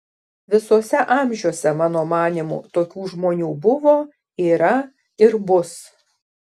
visuose amžiuose mano manymu tokių žmonių buvo yra ir bus